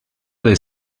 del